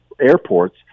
airports